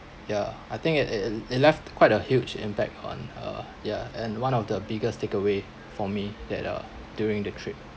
ya I think it it it left quite a huge impact on uh ya and one of the biggest takeaway for me that uh during the trip